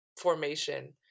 formation